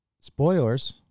spoilers